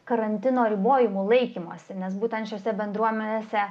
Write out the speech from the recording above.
karantino ribojimų laikymosi nes būtent šiose bendruomenėse